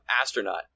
astronaut